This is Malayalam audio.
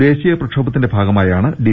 ദേശീയ പ്രക്ഷോഭത്തിന്റെ ഭാഗ മായാണ് ഡി